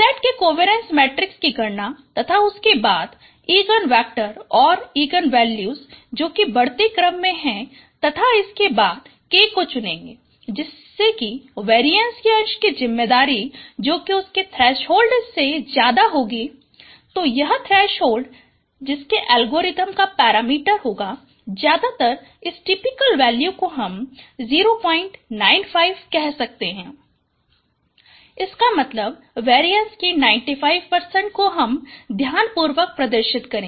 set के covariance matrix की गणना तथा उसके बाद इगन वेक्टर और इगन वैल्यूज जो कि बढ़ते क्रम में हो तथा इसके बाद k को चुनेगे जिससे कि वेरीएंस के अंश कि जिम्मेदारी जो कि उसके थ्रेसहोल्ड से ज्यादा होगी तो यह थ्रेसहोल्ड जिसके एल्गोरिथ्म का पैरामीटर होगा ज्यादातर इस टिपिकल वैल्यू को हम 095 कह सकते हैं इसका मतलब वेरीएंस के 95 को हमें ध्यानपूर्वक प्रदर्शित करना है